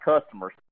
customers